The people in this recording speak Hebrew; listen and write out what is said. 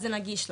אז זה נגיש לו.